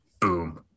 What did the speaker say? Boom